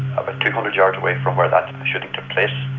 ah but two hundred yards away from where that shooting took place,